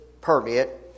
permit